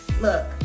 Look